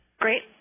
Great